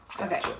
Okay